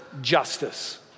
justice